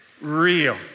real